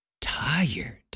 tired